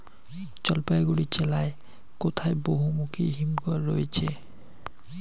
জলপাইগুড়ি জেলায় কোথায় বহুমুখী হিমঘর রয়েছে?